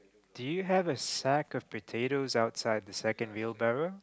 do you have a sack of potatoes outside the second wheelbarrow